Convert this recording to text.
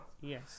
Yes